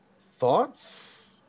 thoughts